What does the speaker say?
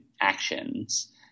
actions